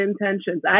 intentions